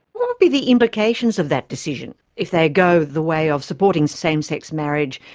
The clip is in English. what would be the implications of that decision? if they go the way of supporting same-sex marriage,